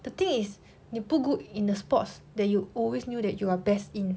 the thing is 你不 good in the sports that you always knew that you are best in